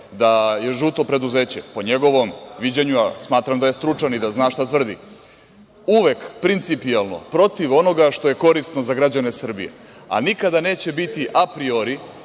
da je „žuto preduzeće“ po njegovom viđanju smatram da je stručan i da zna šta tvrdi, uvek principialno protiv onoga što je korisno za građane Srbije, a nikada neće biti „apriori“